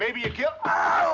maybe i